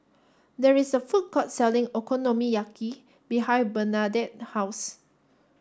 there is a food court selling Okonomiyaki behind Bernadette's house